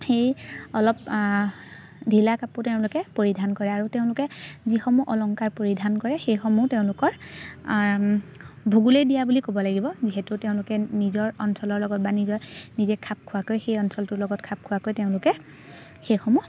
সেই অলপ ঢিলা কাপোৰ তেওঁলোকে পৰিধান কৰে আৰু তেওঁলোকে যিসমূহ অলংকাৰ পৰিধান কৰে সেইসমূহ তেওঁলোকৰ ভূগোলেই দিয়া বুলি ক'ব লাগিব যিহেতু তেওঁলোকে নিজৰ অঞ্চলৰ লগত বা নিজৰ নিজে খাপ খোৱাকৈ সেই অঞ্চলটোৰ লগত খাপ খোৱাকৈ তেওঁলোকে সেইসমূহ